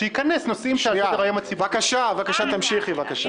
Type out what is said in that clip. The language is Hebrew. תמשיכי בבקשה.